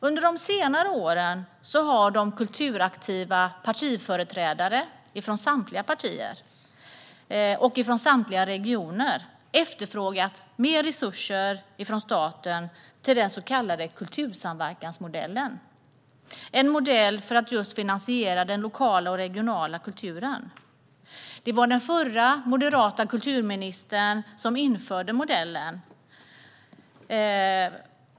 Under de senaste åren har kulturaktiva partiföreträdare från samtliga partier och från samtliga regioner efterfrågat mer resurser från staten i den så kallade kultursamverkansmodellen, en modell för att finansiera den regionala och lokala kulturen. Det var den förra, moderata, kulturministern som införde modellen.